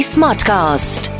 Smartcast